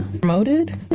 promoted